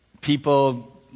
People